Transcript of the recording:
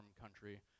country